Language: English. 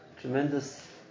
tremendous